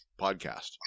podcast